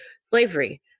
slavery